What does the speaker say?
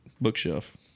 bookshelf